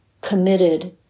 committed